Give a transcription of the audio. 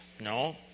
no